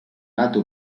lato